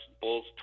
bulls